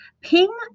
Ping